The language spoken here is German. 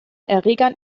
erregern